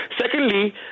Secondly